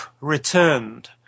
returned